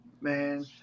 man